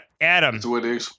Adam